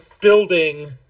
building